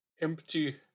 empty